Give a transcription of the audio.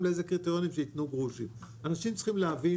לאיזה קריטריונים שיתנו --- אנשים צריכים להבין